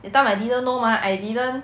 that time I didn't know mah I didn't